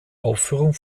aufführung